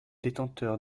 détenteur